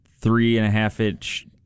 three-and-a-half-inch